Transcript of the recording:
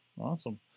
awesome